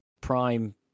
prime